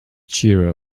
cheer